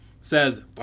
says